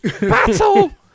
battle